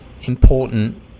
important